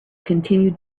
continue